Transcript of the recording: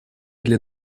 для